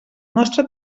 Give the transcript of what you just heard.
nostre